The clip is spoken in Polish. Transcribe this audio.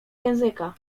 języka